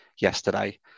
yesterday